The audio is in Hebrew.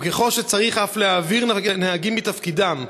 וככל שצריך אף להעביר נהגים מתפקידם,